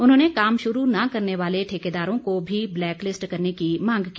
उन्होंने काम शुरू न करने वाले ठेकेदारों को भी ब्लैकलिस्ट करने की मांग की